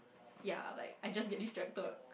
ya like I just get distracted